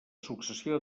successió